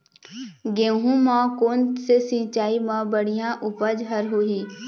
गेहूं म कोन से सिचाई म बड़िया उपज हर होही?